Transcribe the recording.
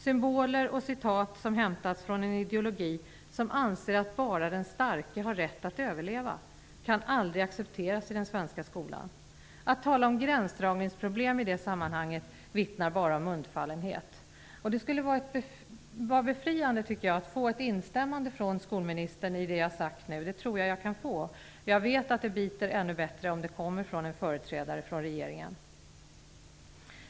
Symboler och citat som har hämtats från en ideologi som anser att bara den starke har rätt att överleva kan aldrig accepteras i den svenska skolan. Att tala om gränsdragningsproblem i det sammanhanget vittnar bara om undfallenhet. Det skulle vara befriande att få ett instämmande från skolministern i fråga om det jag har sagt nu, och det tror jag att jag kan få. Jag vet att det biter ännu bättre om det kommer från en företrädare för regeringen.